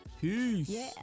Peace